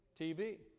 TV